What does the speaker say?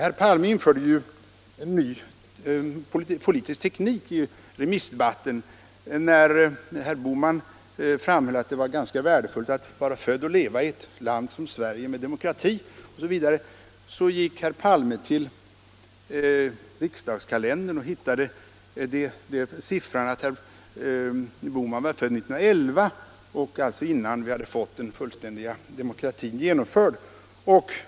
Herr Palme införde en ny politisk teknik i den allmänpolitiska debatten. När herr Bohman framhöll att det var ganska värdefullt att vara född i och leva i ett land som Sverige, där vi har demokrati osv., gick herr Palme till riksdagskalendern och hittade där uppgiften att herr Bohman var född 1911, alltså innan vi hade fått den fullständiga demokratin genomförd.